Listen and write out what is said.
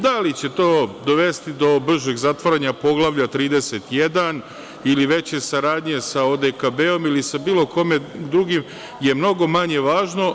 Da li će to dovesti do bržeg zatvaranja Poglavlja 31 ili veće saradnje sa ODKB-om ili sa bilo kim drugim je mnogo manje važno.